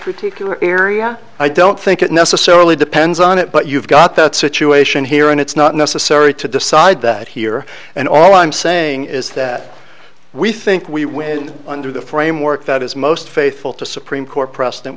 particular area i don't think it necessarily depends on it but you've got that situation here and it's not necessary to decide that here and all i'm saying is that we think we win under the framework that is most faithful to supreme court precedent